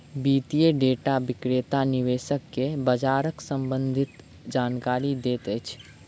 वित्तीय डेटा विक्रेता निवेशक के बजारक सम्भंधित जानकारी दैत अछि